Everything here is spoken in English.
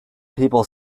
people